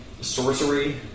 sorcery